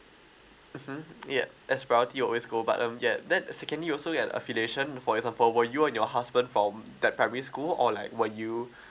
mmhmm ya as priority always go but um yet that secondly we also get affiliation for example were you and your husband from that primary school or like were you